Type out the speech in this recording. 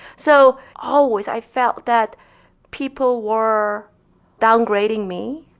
so, always, i felt that people were downgrading me.